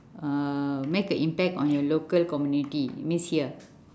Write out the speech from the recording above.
uh make an impact on your local community it means here